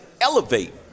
elevate